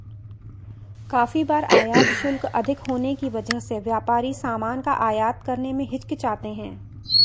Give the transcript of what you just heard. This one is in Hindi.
काफी बार आयात शुल्क अधिक होने की वजह से व्यापारी सामान का आयात करने में हिचकिचाते हैं